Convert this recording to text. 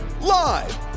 Live